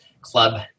Club